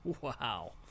wow